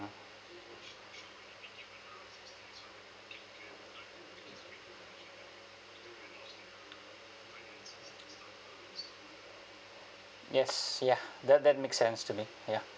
yes ya that that make sense to me ya